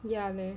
ya man